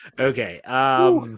Okay